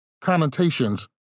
connotations